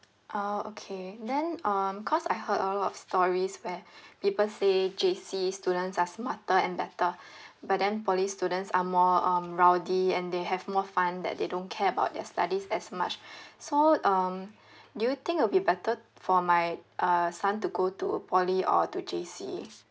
oh okay then um cause I heard a lot of stories where people say J_C students are smarter and better but then poly students are more um rowdy and they have more fun that they don't care about their studies as much so um do you think will be better for my uh son to go to poly or to J_Cs